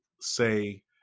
say